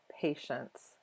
patience